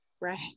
Right